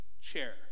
chair